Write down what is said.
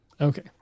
Okay